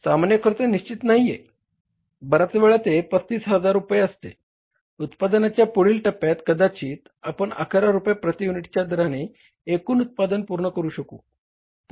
सामान्य खर्च निश्चित नाहीये बऱ्याच वेळा ते 35000 रुपये असते उत्पादनाच्या पुढील टप्प्यात कदाचित आपण 11 रुपये प्रति युनिटच्या दराने एकूण उत्पादन पूर्ण करू शकू